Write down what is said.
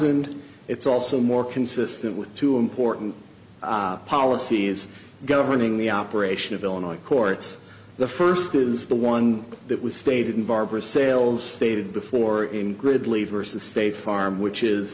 end it's also more consistent with two important policies governing the operation of illinois courts the first is the one that was stated and barbara sales stated before in gridley versus state farm which is